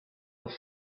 was